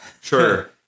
Sure